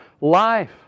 life